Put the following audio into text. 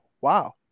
Wow